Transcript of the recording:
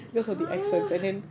!huh!